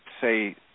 say